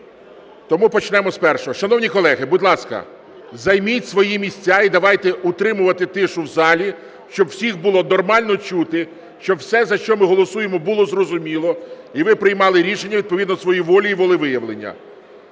тому почнемо з першого. Шановні колеги, будь ласка, займіть свої місця і давайте утримувати тишу в залі, щоб всіх було нормально чути, щоб все, за що ми голосуємо, було зрозуміло і ви приймали рішення відповідно своїй волі і волевиявлення.